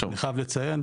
אני חייב לציין,